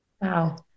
Wow